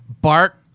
Bart